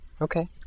Okay